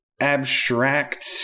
abstract